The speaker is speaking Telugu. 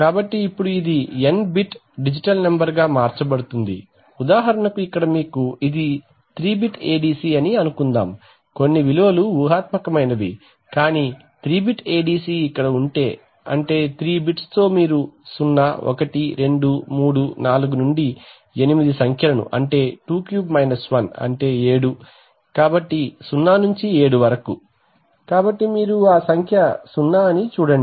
కాబట్టి ఇప్పుడు ఇది N బిట్ డిజిటల్ నంబర్గా మార్చబడుతుంది కాబట్టి ఉదాహరణకు ఇక్కడ మీకు ఇది 3 బిట్ ADC అని అనుకుందాం కొన్ని విలువలు ఊహాత్మకమైనవి కాని 3 బిట్ ADC ఇక్కడ అంటే 3 బిట్స్ తో మీరు 0 1 2 3 4 నుండి ఎనిమిది సంఖ్యలను 23 1 అంటే 7 కాబట్టి 0 నుండి 7 వరకు కాబట్టి మీరు ఆ సంఖ్య 0 అని చూడండి